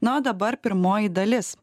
na o dabar pirmoji dalis